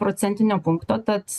procentinio punkto tad